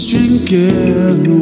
Drinking